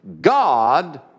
God